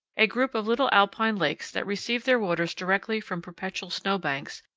a group of little alpine lakes, that receive their waters directly from perpetual snowbanks,